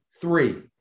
Three